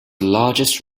largest